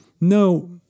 no